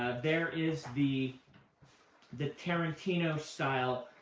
there is the the tarantino style